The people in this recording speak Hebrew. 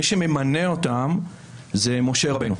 מי שממנה אותם זה משה רבנו.